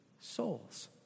souls